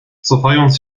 cofając